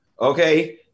okay